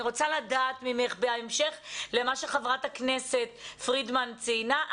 אני רוצה לדעת ממך בהמשך למה שחברת הכנסת פרידמן ציינה.